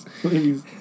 please